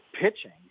pitching